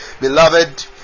beloved